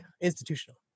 institutional